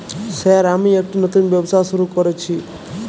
Sir আমি একটি নতুন ব্যবসা শুরু করেছি?